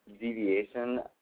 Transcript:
deviation